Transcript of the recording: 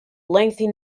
lengthy